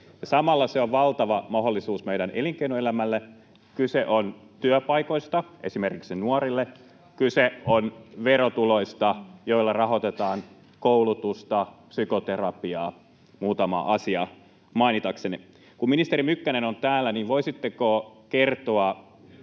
samalla se on valtava mahdollisuus meidän elinkeinoelämälle. Kyse on työpaikoista esimerkiksi nuorille, kyse on verotuloista, joilla rahoitetaan koulutusta, psykoterapiaa, muutaman asian mainitakseni. Kun ministeri Mykkänen on täällä, niin voisitteko kertoa